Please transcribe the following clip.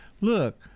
look